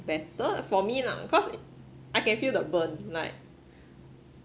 better for me lah cause I can feel the burn like